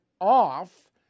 off